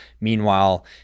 meanwhile